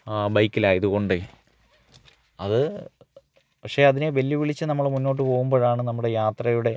ആ ബൈക്കിലായതു കൊണ്ട് അത് പക്ഷേ അതിനെ വെല്ലുവിളിച്ച് നമ്മൾ മുന്നോട്ടു പോകുമ്പോഴാണ് നമ്മുടെ യാത്രയുടെ